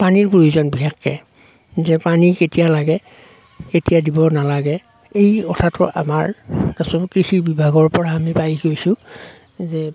পানীৰ প্ৰয়োজন বিশেষকে যে পানী কেতিয়া লাগে কেতিয়া দিব নালাগে এই কথাটো আমাৰ ওচৰৰ কৃষি বিভাগৰ পৰা আমি পাই গৈছোঁ যে